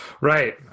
Right